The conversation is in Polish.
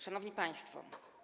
Szanowni Państwo!